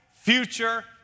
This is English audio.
future